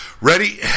Ready